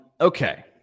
Okay